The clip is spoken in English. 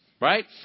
Right